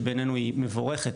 שבעינינו היא מבורכת,